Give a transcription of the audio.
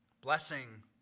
blessing